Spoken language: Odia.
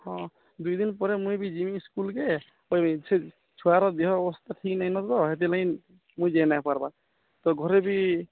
ହଁ ଦୁଇ ଦିନି ପରେ ମୁଇଁ ବି ଜିମି ସ୍କୁଲ୍ କେଁ ଛୁଆର୍ ଦେହ ଅବସ୍ଥା ଠିକ୍ ମୁଇଁ ଯାଇଁ ନାଇଁ ପାର୍ବା ତ ଘରେ ବି